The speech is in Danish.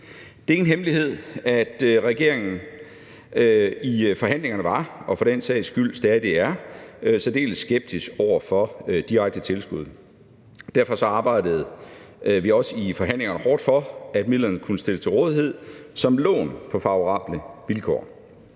Det er ingen hemmelighed, at regeringen i forhandlingerne var og for den sags skyld stadig er særdeles skeptisk over for direkte tilskud. Derfor arbejdede vi også i forhandlingerne hårdt for, at midlerne kunne stilles til rådighed som lån på favorable vilkår.